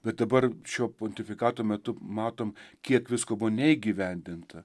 bet dabar šio pontifikato metu matom kiek visko buvo neįgyvendinta